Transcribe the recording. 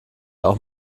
auch